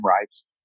rights